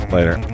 Later